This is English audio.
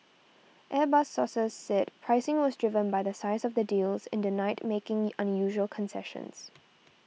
airbus sources said pricing was driven by the size of the deals and denied making unusual concessions